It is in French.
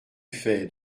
fait